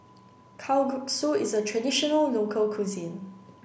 Kalguksu is a traditional local cuisine